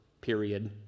period